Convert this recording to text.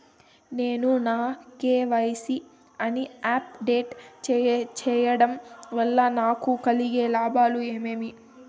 నేను నా కె.వై.సి ని అప్ డేట్ సేయడం వల్ల నాకు కలిగే లాభాలు ఏమేమీ?